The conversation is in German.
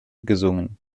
gesungen